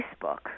Facebook